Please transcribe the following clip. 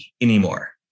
anymore